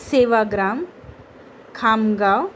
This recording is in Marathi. सेवाग्राम खामगाव